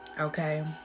okay